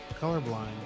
colorblind